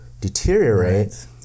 deteriorate